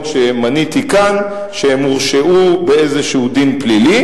שמניתי כאן שהם הורשעו באיזה דין פלילי,